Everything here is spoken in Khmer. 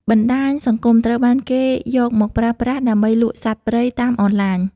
បណ្តាញសង្គមត្រូវបានគេយកមកប្រើប្រាស់ដើម្បីលក់សត្វព្រៃតាមអនឡាញ។